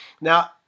Now